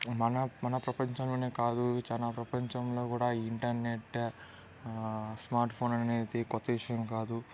మన మన ప్రపంచంలోనే కాదు చాలా ప్రపంచంలో కూడా ఈ ఇంటర్నెట్ స్మార్ట్ ఫోన్ అనేది కొత్త విషయం కాదు